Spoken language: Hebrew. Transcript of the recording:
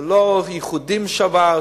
זה לא ייחודיים שעבר,